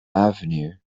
avenue